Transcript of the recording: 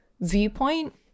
viewpoint